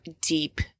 deep